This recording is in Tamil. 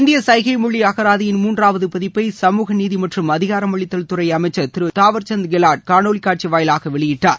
இந்திய சைகை மொழி அகராதியின் மூன்றாவது பதிப்பை சமூக நீதி மற்றும் அதிகாரமளித்தல்துறை அமைச்சர் திரு தாவர்சந்த் கெலாட் காணொவி வாயிலாக வெளியிட்டார்